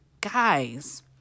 Guys